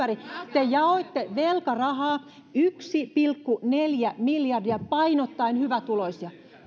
te jaoitte velkarahaa yksi pilkku neljä miljardia painottaen hyvätuloisia